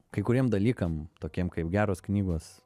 kai kuriem dalykam tokiem kaip geros knygos